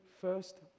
first